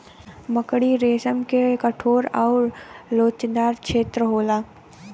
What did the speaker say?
मकड़ी रेसम में कठोर आउर लोचदार छेत्र होला